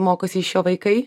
mokosi iš jo vaikai